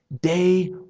day